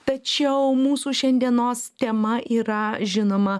tačiau mūsų šiandienos tema yra žinoma